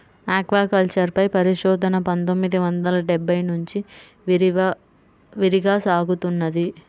aquaculture పై పరిశోధన పందొమ్మిది వందల డెబ్బై నుంచి విరివిగా సాగుతున్నది